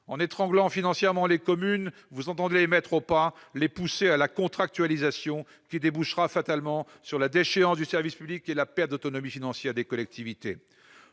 En étranglant financièrement les communes, vous entendez les mettre au pas, les pousser à la contractualisation, qui débouchera fatalement sur la déchéance du service public et la perte d'autonomie financière des collectivités.